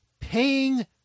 paying